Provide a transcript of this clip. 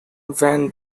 van